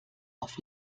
auf